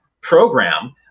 program